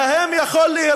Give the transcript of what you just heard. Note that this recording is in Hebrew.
אז על מי אתה מגן?